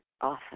often